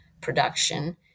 production